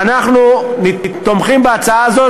ואנחנו תומכים בהצעה הזאת.